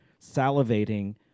salivating